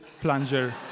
plunger